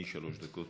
אדוני, שלוש דקות.